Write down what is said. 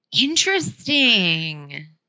Interesting